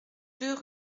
deux